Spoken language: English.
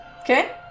Okay